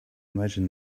imagine